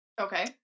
Okay